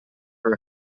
for